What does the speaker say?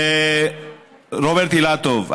רוברט אילטוב,